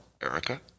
Erica